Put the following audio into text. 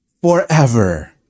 forever